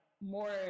more